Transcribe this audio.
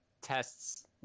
tests